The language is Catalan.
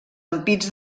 ampits